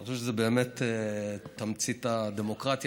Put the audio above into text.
אני חושב שזאת באמת תמצית הדמוקרטיה.